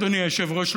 אדוני היושב-ראש,